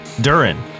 Durin